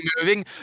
moving